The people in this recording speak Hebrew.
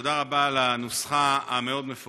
תודה רבה על הנוסחה המאוד-מפורטת.